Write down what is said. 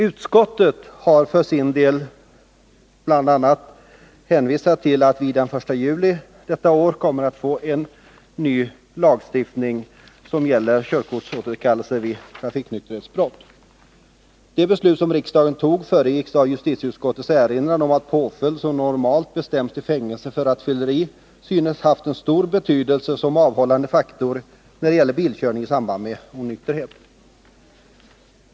Utskottet har för sin del bl.a. hänvisat till att vi den 1 juli detta år kommer att få en ny lagstiftning som gäller körkortsåterkallelse vid trafiknykterhetsbrott. Det beslut om detta som riksdagen tog föregicks av justitieutskottets erinran om att påföljd som normalt bestäms till fängelse för rattfylleri synes ha haft stor betydelse som avhållande faktor när det gäller bilkörning i samband med onykterhet.